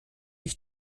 ich